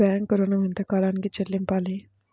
Bank ఋణం ఎంత కాలానికి చెల్లింపాలి?